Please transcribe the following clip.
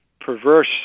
perverse